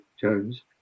Jones